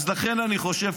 אז לכן אני חושב,